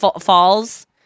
falls